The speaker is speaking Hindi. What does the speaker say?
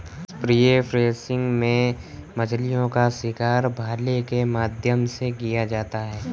स्पीयर फिशिंग में मछलीओं का शिकार भाले के माध्यम से किया जाता है